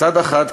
מצד אחד,